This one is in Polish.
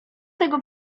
tego